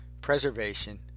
preservation